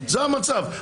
זה המצב.